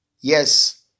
Yes